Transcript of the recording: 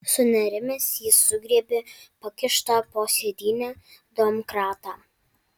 sunerimęs jis sugriebė pakištą po sėdyne domkratą